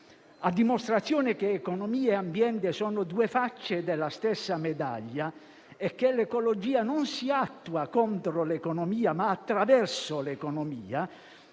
A dimostrazione che economia e ambiente sono due facce della stessa medaglia e che l'ecologia non si attua contro l'economia, ma attraverso di essa,